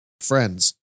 Friends